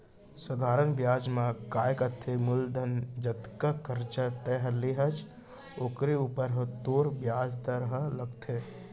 सधारन बियाज म काय होथे मूलधन जतका करजा तैंहर ले हस ओकरे ऊपर ही तोर बियाज दर ह लागथे